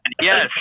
yes